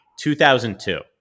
2002